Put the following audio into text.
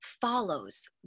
follows